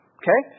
okay